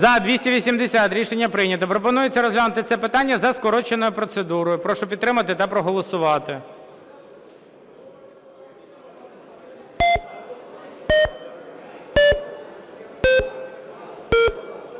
За-280 Рішення прийнято. Пропонується розглянути це питання за скороченою процедурою. Прошу підтримати та проголосувати.